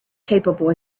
capable